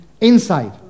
inside